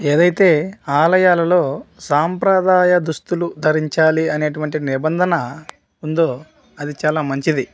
ఏదైతే ఆలయాలలో సాంప్రదాయ దుస్తులు ధరించాలి అనేటటువంటి నిబంధన ఉందో అది చాలా మంచిది